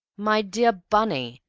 my dear bunny,